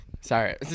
sorry